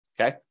okay